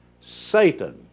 Satan